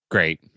Great